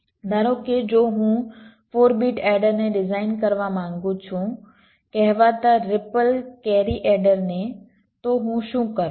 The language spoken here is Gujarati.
ધારો કે જો હું 4 બીટ એડરને ડિઝાઇન કરવા માગું છું કહેવાતા રિપલ કેરી એડર ને તો હું શું કરું